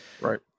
Right